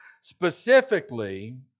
specifically